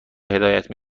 هدایت